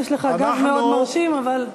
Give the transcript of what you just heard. יש לך גב מאוד מרשים אבל,